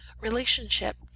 relationship